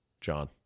John